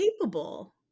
capable